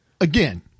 again